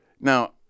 Now